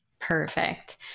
Perfect